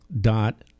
dot